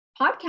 podcast